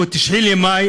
9 במאי,